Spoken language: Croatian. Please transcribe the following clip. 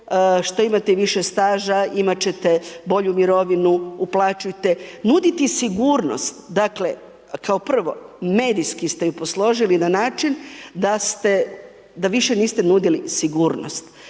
što imate više staža imat ćete bolju mirovinu, uplaćujte, nuditi sigurnost. Dakle, kao prvo medijski ste ju posložili na način da ste, da više niste nudili sigurnost,